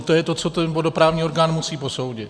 To je to, co ten vodoprávní orgán musí posoudit.